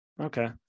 Okay